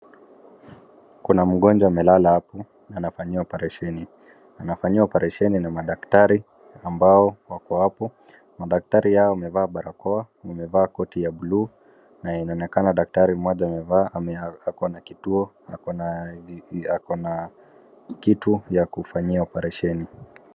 Kuna mgonjwa amelala hapo, anafanyiwa operesheni. Anafanyiwa operesheni na madaktari ambao wako hapo. Madaktari hawa wamevaa barakoa, wamevaa koti ya bluu na inaonekana daktari mmoja amevaa ako na kituo ako na kitu ya kufanyia operesheni.